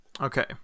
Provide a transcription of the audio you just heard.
Okay